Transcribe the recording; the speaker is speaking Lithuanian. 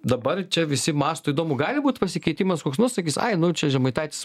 dabar čia visi mąsto įdomu gali būt pasikeitimas koks nu sakys ai nu čia žemaitaitis